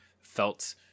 felt